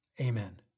Amen